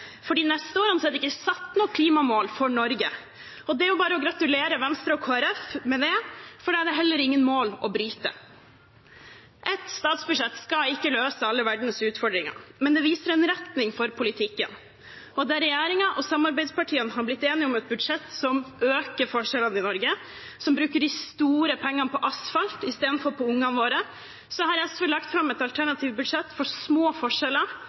For de neste årene er det ikke satt noe klimamål for Norge, og det er bare å gratulere Venstre og Kristelig Folkeparti med det, for da er det heller ingen mål å bryte. Ett statsbudsjett skal ikke løse alle verdens utfordringer, men det viser en retning for politikken. Der regjeringen og samarbeidspartiene er blitt enige om et budsjett som øker forskjellene i Norge, som bruker de store pengene på asfalt i stedet for på barna våre, har SV lagt fram et alternativt statsbudsjett for små forskjeller,